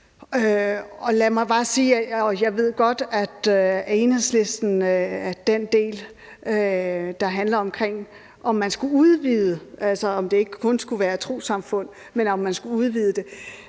jeg ved godt, at Enhedslisten også har været inde på den del, der handler om, om man skulle udvide det